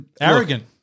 Arrogant